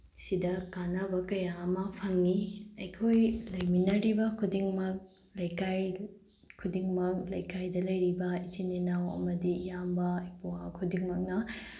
ꯁꯤꯗ ꯀꯥꯟꯅꯕ ꯀꯌꯥ ꯑꯃ ꯐꯪꯏ ꯑꯩꯈꯣꯏ ꯂꯩꯃꯤꯟꯅꯔꯤꯕ ꯈꯨꯗꯤꯡꯃꯛ ꯂꯩꯀꯥꯏ ꯈꯨꯗꯤꯡꯃꯛ ꯂꯩꯀꯥꯏꯗ ꯂꯩꯔꯤꯕ ꯏꯆꯤꯟ ꯏꯅꯥꯎ ꯑꯃꯗꯤ ꯏꯌꯥꯝꯕ ꯏꯄ꯭ꯋꯥ ꯈꯨꯗꯤꯡꯃꯛꯅ